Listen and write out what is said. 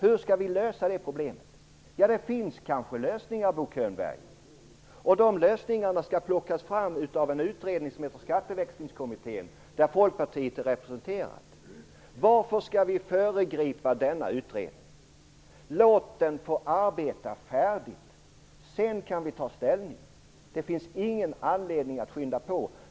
Hur skall vi lösa det problemet? Det finns kanske lösningar, Bo Könberg, och dessa skall plockas fram av en utredning, Skatteväxlingskommittén, där Folkpartiet är representerat. Varför skall vi föregripa denna utredning? Låt den få arbeta färdigt. Sedan kan vi ta ställning. Det finns ingen anledning att skynda på.